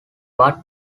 but